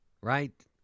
Right